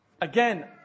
Again